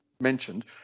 mentioned